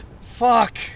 Fuck